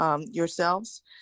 yourselves